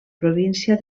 província